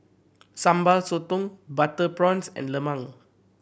Sambal Sotong butter prawns and lemang